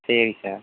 சரி சார்